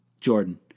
Jordan